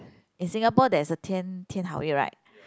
in Singapore there is a Tian Tian-Hao-Wei right